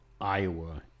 Iowa